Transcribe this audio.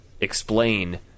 explain